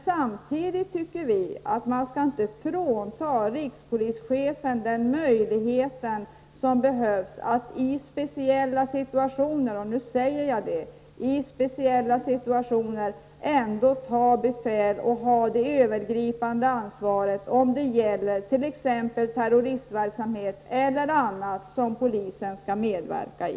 Samtidigt tycker vi att man inte skall frånta rikspolischefen den möjlighet som behövs att i speciella situationer -- och nu säger jag speciella situationer -- ändå ta ''befälet'' och ha det övergripande ansvaret när det gäller t.ex. terroristverksamhet och annat som polisen skall medverka i.